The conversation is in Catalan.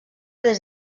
des